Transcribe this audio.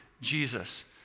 Jesus